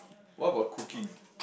what about cooking